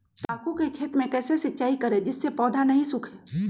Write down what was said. तम्बाकू के खेत मे कैसे सिंचाई करें जिस से पौधा नहीं सूखे?